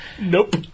Nope